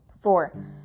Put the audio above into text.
Four